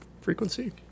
frequency